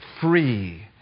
free